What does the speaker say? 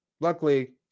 Luckily